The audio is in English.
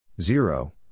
Zero